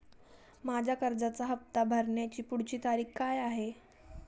माझ्या कर्जाचा हफ्ता भरण्याची पुढची तारीख काय आहे?